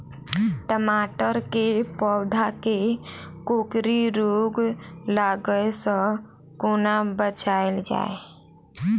टमाटर केँ पौधा केँ कोकरी रोग लागै सऽ कोना बचाएल जाएँ?